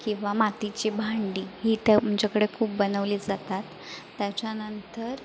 किंवा मातीची भांडी ही तर आमच्याकडे खूप बनवली जातात त्याच्यानंतर